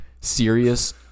serious